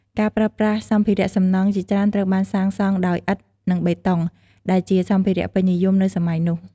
ការប្រើប្រាស់សម្ភារៈសំណង់ជាច្រើនត្រូវបានសាងសង់ដោយ ឥដ្ឋ និង បេតុង ដែលជាសម្ភារៈពេញនិយមនៅសម័យនោះ។